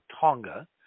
Tonga